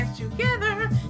together